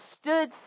stood